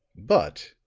but,